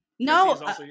No